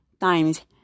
times